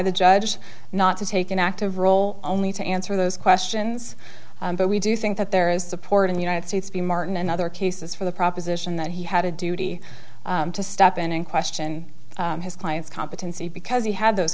the judge not to take an active role only to answer those questions but we do think that there is support in the united states b martin and other cases for the proposition that he had a duty to stop and question his client's competency because he had those